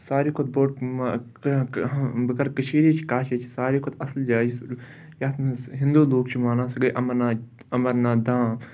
ساروی کھۄتہِ بوٚڑ بہٕ کَرٕ کٔشیٖرِچ کَتھ ییٚتہِ چھِ ساروی کھۄتہٕ اَصٕل جایہِ یَتھ منٛز ہِنٛدوٗ لوٗکھ چھِ وَنان سُہ گٔے اَمرناتھ اَمرناتھ داں